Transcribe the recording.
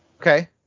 Okay